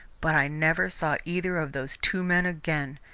but i never saw either of those two men again.